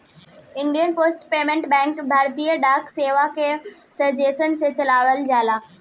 Indian post payment bank भारतीय डाक सेवा के सौजन्य से चलावल जाला